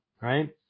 right